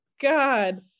God